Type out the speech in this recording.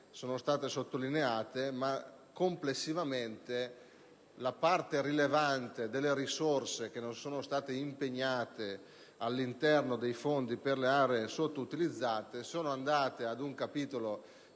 sono state sottolineate, ma complessivamente la parte rilevante delle risorse che non sono state impegnate all'interno dei fondi per le aree sottoutilizzate è stata destinata ad un capitolo